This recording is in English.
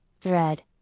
thread